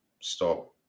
stop